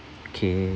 okay